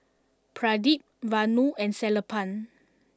Pradip Vanu and Sellapan